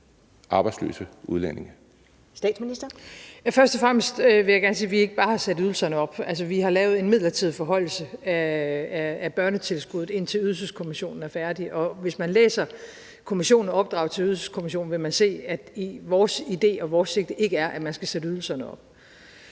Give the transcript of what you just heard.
(Mette Frederiksen): Først og fremmest vil jeg gerne sige, at vi ikke bare har sat ydelserne op. Altså, vi har lavet en midlertidig forhøjelse af børnetilskuddet, indtil Ydelseskommissionen er færdig med arbejdet. Og hvis man læser opdraget til Ydelseskommissionen, vil man se, at vores idé og vores sigte ikke er, at man skal sætte ydelserne op.